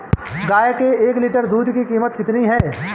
गाय के एक लीटर दूध की कीमत कितनी है?